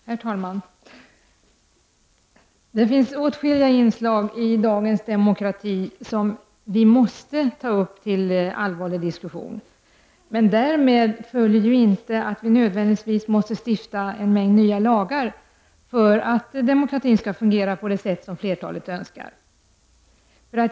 Herr talman! Det finns åtskilliga inslag i dagens demokrati som vi måste ta upp till allvarlig diskussion. Därmed följer dock inte att vi nödvändigtvis måste stifta en mängd nya lagar för att demokratin skall fungera på det sätt som flertalet önskar.